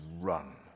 run